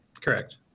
Correct